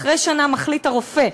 אחרי שנה מחליט הרופא,